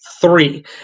three